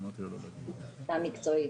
המקצועית.